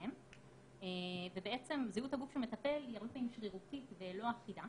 ביניהם וזהות הגוף שמטפל היא הרבה פעמים שרירותית ולא אחידה